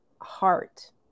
heart